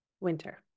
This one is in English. winter